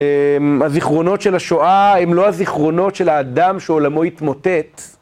הזיכרונות של השואה הם לא הזיכרונות של האדם שעולמו התמוטט.